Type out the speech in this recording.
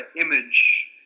image